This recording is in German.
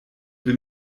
will